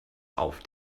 auf